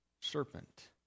serpent